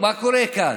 מה קורה כאן?